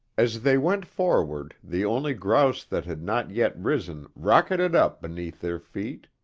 as they went forward, the only grouse that had not yet risen rocketed up beneath their feet.